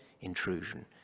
intrusion